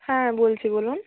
হ্যাঁ বলছি বলুন